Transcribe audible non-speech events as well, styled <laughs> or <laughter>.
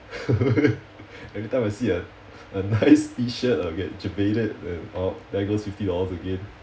<laughs> every time I see a a nice <laughs> T shirt I get jebaited there goes fifty dollars again